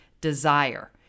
desire